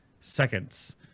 seconds